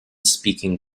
speaking